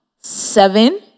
seven